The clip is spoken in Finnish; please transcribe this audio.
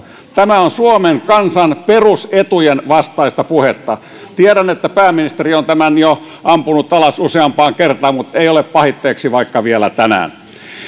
tämä on suomen kansan perusetujen vastaista puhetta tiedän että pääministeri on tämän jo ampunut alas useampaan kertaan mutta ei ole pahitteeksi vaikka vielä tänään